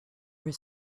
were